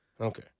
Okay